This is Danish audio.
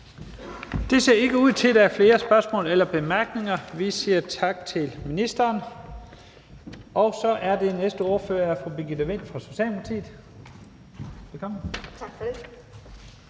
Det ser ikke ud til, at der er flere spørgsmål eller bemærkninger, og så siger vi tak til ministeren. Så er den næste ordfører fru Birgitte Vind fra Socialdemokratiet. Velkommen. Kl.